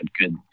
good